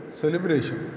celebration